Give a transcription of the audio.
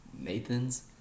Nathan's